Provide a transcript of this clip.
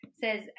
says